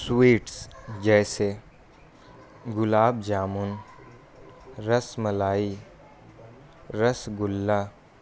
sweets جیسے gulab jamun rasmalai رس گلا